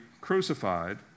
crucified